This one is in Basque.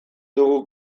dugu